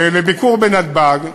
לביקור בנתב"ג,